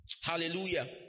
hallelujah